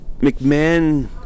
McMahon